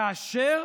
כאשר